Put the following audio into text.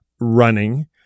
running